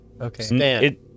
Okay